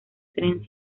tren